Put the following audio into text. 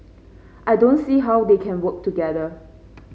I don't see how they can work together